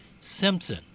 Simpson